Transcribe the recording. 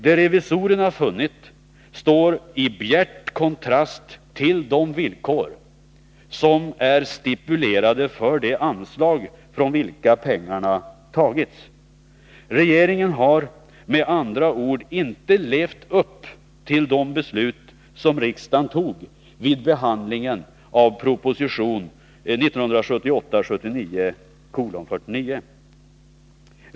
Det revisorerna funnit står i bjärt kontrast till de villkor som är stipulerade för det anslag från vilket pengarna tagits. Regeringen har med andra ord inte levt upp till de beslut som riksdagen fattade vid behandlingen av proposition 1978/79:49.